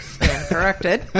corrected